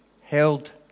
held